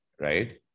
right